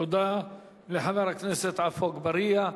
תודה לחבר הכנסת עפו אגבאריה.